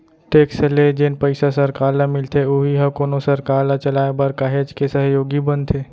tax ले जेन पइसा सरकार ल मिलथे उही ह कोनो सरकार ल चलाय बर काहेच के सहयोगी बनथे